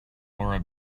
laura